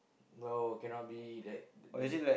no cannot be that the